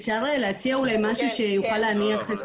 אפשר אולי להציע משהו שיוכל להניח --- לא,